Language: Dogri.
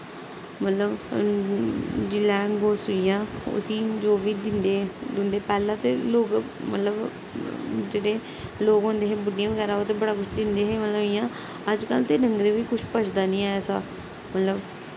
मतलब जेल्लै गौ सुई जा उसी जो बी दिंदे दिंदे पैह्लें ते लोग मतलब जेह्ड़े लोग होंदे हे बुड्डियां बगैरा ओह् ते बड़ा कुछ दिंदे हे मतलब इ'यां अज्जकल ते डंगरे बी कुछ पचदा नी ऐ ऐसा मतलब